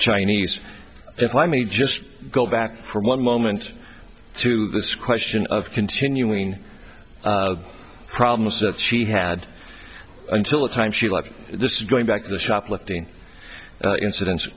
chinese if i may just go back for one moment to this question of continuing problems that she had until the time she left this going back to the shoplifting inciden